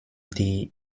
die